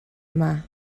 yma